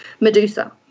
medusa